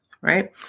right